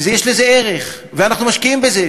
ויש לזה ערך, ואנחנו משקיעים בזה.